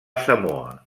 samoa